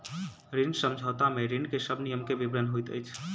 ऋण समझौता में ऋण के सब नियम के विवरण होइत अछि